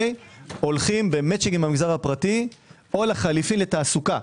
הולכים במאצ'ינג עם המגזר הפרטי או לחליפין ותעסוקה.